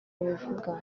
abivuga